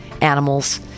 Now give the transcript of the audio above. animals